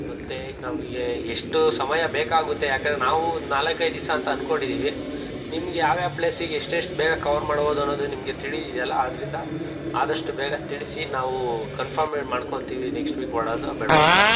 ಮತ್ತು ನಮಗೆ ಎಷ್ಟು ಸಮಯ ಬೇಕಾಗುತ್ತೆ ಯಾಕೆಂದರೆ ನಾವು ಒಂದು ನಾಲ್ಕೈದು ದಿವಸ ಅಂತ ಅನ್ಕೊಂಡಿದ್ದೀವಿ ನಿಮ್ಗೆ ಯಾವ ಯಾವ ಪ್ಲೇಸ್ಗೆ ಎಷ್ಟೆಷ್ಟು ಬೇಗ ಕವರ್ ಮಾಡ್ಬೋದು ಅನ್ನೋದು ನಿಮಗೆ ತಿಳಿದಿದೆ ಅಲ್ಲ ಆದ್ದರಿಂದ ಆದಷ್ಟು ಬೇಗ ತಿಳಿಸಿ ನಾವು ಕನ್ಫರ್ಮ್ ಮೆ ಮಾಡ್ಕೊತೀವಿ ನೆಕ್ಸ್ಟ್ ವೀಕ್ ಹೊರಡೋದಾ ಬೇಡವಾ ಅಂತ